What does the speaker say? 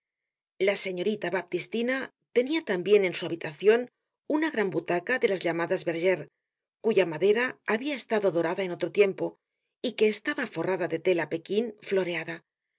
la señorita baptistina tenia tambien en su habitacion una gran butaca de las llamadas bergere cuya madera habia estado dorada en otro tiempo y que estaba forrada de tela pekin floreada